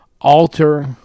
alter